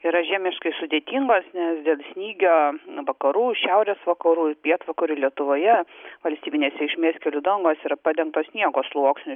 yra žiemiškai sudėtingos nes dėl snygio vakarų šiaurės vakarų ir pietvakarių lietuvoje valstybinės reikšmės kelių dangos yra padengtos sniego sluoksniu